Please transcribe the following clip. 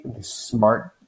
smart